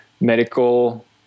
medical